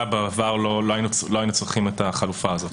בעבר לא היינו צריכים את החלופה הזאת.